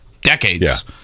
decades